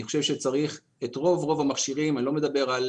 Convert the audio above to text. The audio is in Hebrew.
אני חושב שצריך את רוב המכשירים, אני לא מדבר על